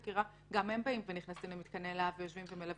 גם הם באים ונכנסים למתקני להב ומלווים משם את החקירה.